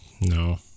No